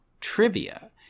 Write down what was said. trivia